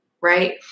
Right